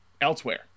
elsewhere